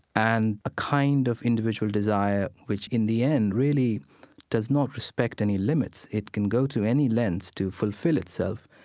and a kind of individual desire, which, in the end, really does not respect any limits. it can go to any lengths to fulfill itself.